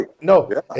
No